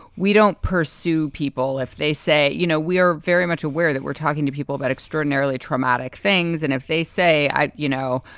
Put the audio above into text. we don't pursue people if they say, you know, we are very much aware that we're talking to people about extraordinarily traumatic things. and if they say i you know,